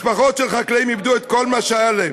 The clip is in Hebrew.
"משפחות של חקלאים איבדו את כל מה שהיה להם,